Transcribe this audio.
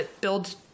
build